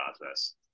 process